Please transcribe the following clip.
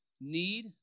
need